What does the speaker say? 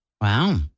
Wow